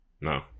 No